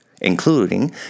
including